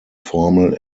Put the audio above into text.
formal